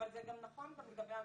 אבל זה נכון גם לגבי המרכז,